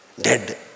Dead